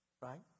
right